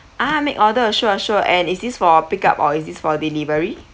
ah make order sure sure and is this for pick up or is this for delivery